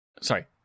Sorry